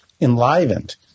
enlivened